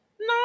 no